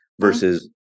versus